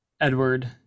Edward